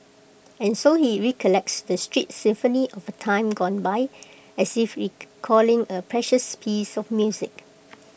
and so he recollects the street symphony of A time gone by as if recalling A precious piece of music